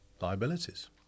liabilities